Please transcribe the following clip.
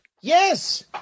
Yes